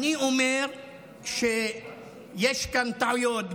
אני אומר שיש כאן טעויות,